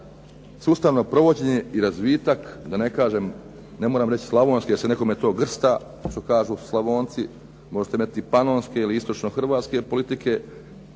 sustavno provođenje i razvitak, da ne kažem, ne moram reći slavonske jer se nekome to grsta što kažu Slavonci, možete reći i panonske ili istočno-hrvatske politike,